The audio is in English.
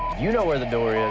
you know where the door